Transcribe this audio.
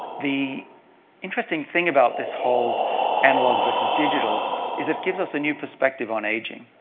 the interesting thing about this whole analog versus digital is it gives us a new perspective on aging.